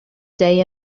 day